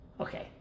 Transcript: okay